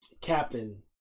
captain